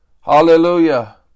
Hallelujah